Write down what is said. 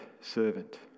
servant